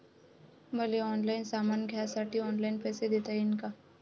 मले ऑनलाईन सामान घ्यासाठी ऑनलाईन पैसे देता येईन का?